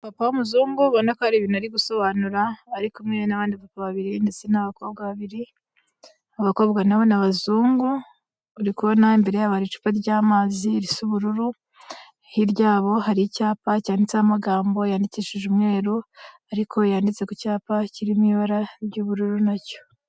Umupapa w'umuzungu ubona ko hari ibintu ari gusobanura. Ari kumwe n'abandi bapa babiri ndetse n'abakobwa babiri. Abakobwa nabo n'abazungu. Uri kubona mbere yabo hari icupa ry'amazi risa ubururu. Hirya yabo hari icyapa cyanditseho amagambo yandikishije umweru, ariko yanditse ku cyapa kirimo ibara ry'ubururu na cyo.